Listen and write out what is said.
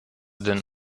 den